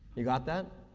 you got that?